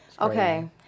Okay